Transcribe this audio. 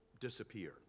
disappear